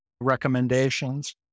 recommendations